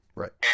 right